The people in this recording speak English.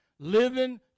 Living